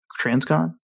transcon